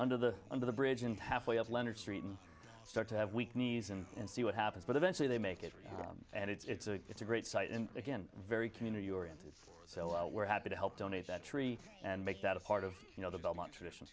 under the under the bridge and halfway up leonard street and start to have weak knees and and see what happens but eventually they make it and it's a it's a great site and again very community oriented so we're happy to help donate that tree and make that a part of you know the belmont tradition